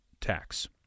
tax